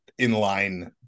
inline